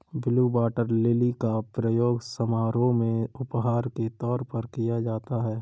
blue water lily का प्रयोग समारोह में उपहार के तौर पर किया जाता है